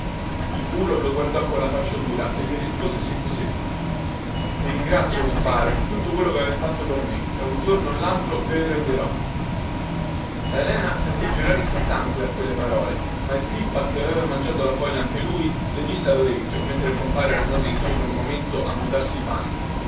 il bulo lo guardò colla faccia dura e gli rispose secco secco vi ringrazio compare di tutto quello che avete fatto per me e un giorno o laltro ve lo renderò la lena sentì gelarsi il sangue a quelle parole ma il crippa che aveva mangiato la foglia anche lui le disse nellorecchio mentre il compare era andato di sopra un momento a mutarsi i panni